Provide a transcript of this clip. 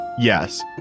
yes